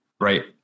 Right